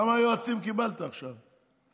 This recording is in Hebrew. כמה יועצים קיבלת עכשיו?